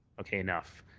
okay, enough.